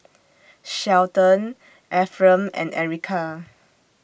Shelton Efrem and Erika